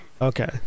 Okay